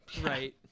Right